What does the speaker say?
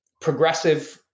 progressive